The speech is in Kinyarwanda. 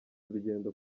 urugendo